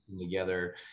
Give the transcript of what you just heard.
together